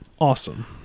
Awesome